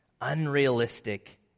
Unrealistic